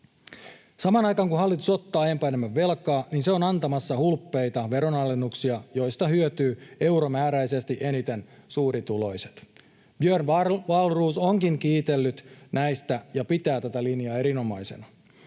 Samaan aikaan, kun hallitus ottaa aiempaa enemmän velkaa, se on antamassa hulppeita veronalennuksia, joista hyötyvät euromääräisesti eniten suurituloiset. Björn Wahlroos onkin kiitellyt näistä ja pitää tätä linjaa erinomaisena.